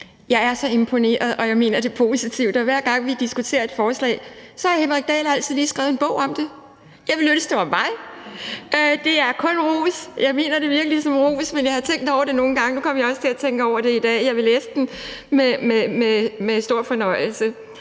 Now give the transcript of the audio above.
Jeg er så imponeret over, og jeg finder det positivt, at hver gang vi diskuterer et forslag, har Henrik Dahl altid lige skrevet en bog om det. Jeg ville ønske, at det var mig. Det er kun ros. Jeg mener det virkelig som en ros. Jeg har nogle gange tænkt, og nu kom jeg også til at tænke på det i dag, at jeg vil læse bogen med stor fornøjelse.